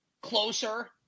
closer